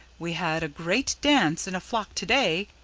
we had a great dance in a flock to-day,